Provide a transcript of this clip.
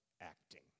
acting